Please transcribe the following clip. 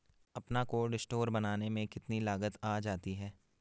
अपना cold store बनाने में कितनी लागत आ जाती है?